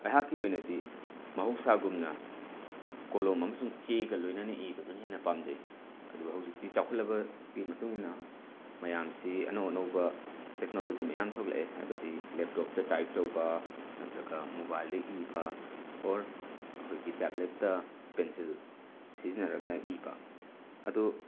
ꯑꯩꯍꯥꯛꯀꯤ ꯑꯣꯏꯅꯗꯤ ꯃꯍꯧꯁꯥꯒꯨꯝꯅ ꯀꯣꯂꯣꯝ ꯑꯃꯁꯨꯡ ꯆꯦꯒ ꯂꯣꯏꯅꯅ ꯏꯕꯗꯨꯅ ꯍꯦꯟꯅ ꯄꯥꯝꯖꯩ ꯑꯗꯨꯕꯨ ꯍꯧꯖꯤꯛꯇꯤ ꯆꯥꯎꯈꯠꯂꯕꯒꯤ ꯃꯇꯨꯡ ꯏꯟꯅ ꯃꯌꯥꯝꯁꯤ ꯑꯅꯧ ꯑꯅꯧꯕ ꯇꯦꯛꯅꯣꯂꯣꯖꯤ ꯃꯌꯥꯝ ꯊꯣꯛꯂꯛꯑꯦ ꯍꯥꯏꯕꯗꯤ ꯂꯦꯞꯇꯣꯞꯇ ꯇꯥꯏꯞ ꯇꯧꯕ ꯅꯇ꯭ꯔꯒ ꯃꯣꯕꯥꯏꯜꯗ ꯏꯕ ꯑꯣꯔ ꯑꯩꯈꯣꯏꯒꯤ ꯇꯦꯕ꯭ꯂꯦꯠꯇ ꯄꯦꯟꯁꯤꯜ ꯁꯤꯖꯤꯟꯅꯔꯒ ꯏꯕ ꯑꯗꯣ